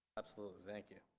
absolutely. thank you.